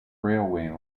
railway